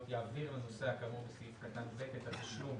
יעביר לנוסע כאמור בסעיף קטן (ב) את התשלום